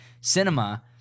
cinema